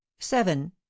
seven